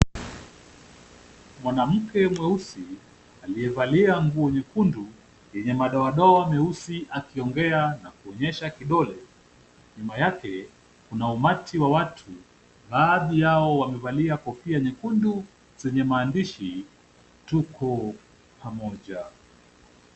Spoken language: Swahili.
Mwanamke mweusi aliyevalia nguo nyekundu yenye madoadoa meusi, akiongea na kuonyesha kidole. Nyuma yake, kuna umati wa watu baadhi yao wamevalia kofia nyekundu zenye maandishi " tuko pamoja".